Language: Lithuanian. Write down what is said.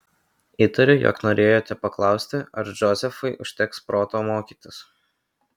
įtariu jog norėjote paklausti ar džozefui užteks proto mokytis